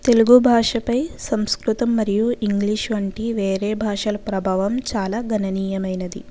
తెలుగు భాషపై సంస్కృతం మరియు ఇంగ్లీషు వంటి వేరే భాషల ప్రభావం చాలా ఘననీయమైనది